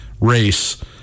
Race